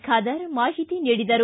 ಖಾದರ್ ಮಾಹಿತಿ ನೀಡಿದರು